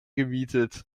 gemietet